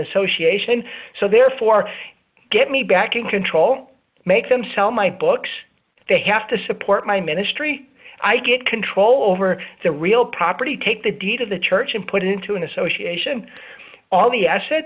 association so therefore get me back in control make them sell my books they have to support my ministry i get control over the real property take the deed of the church and put it into an association all